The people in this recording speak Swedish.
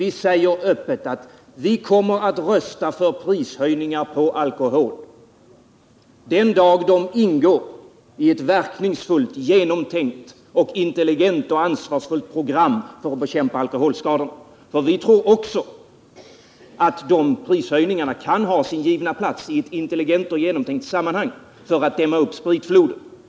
Vi säger öppet att vi kommer att rösta för prishöjningar på alkohol den dag de ingår i ett verkningsfullt, genomtänkt, intelligent och ansvarsfullt program för att bekämpa alkoholskadorna, för vi tror också att prishöjningar kan ha sin givna plats i ett intelligent och genomtänkt sammanhang när det gäller att dämma upp spritfloden.